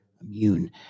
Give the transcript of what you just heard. immune